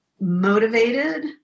Motivated